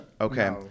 Okay